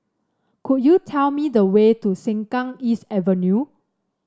could you tell me the way to Sengkang East Avenue